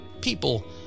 people